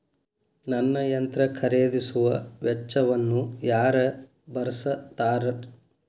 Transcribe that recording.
ನನ್ನ ಯಂತ್ರ ಖರೇದಿಸುವ ವೆಚ್ಚವನ್ನು ಯಾರ ಭರ್ಸತಾರ್?